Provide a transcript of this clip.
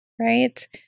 Right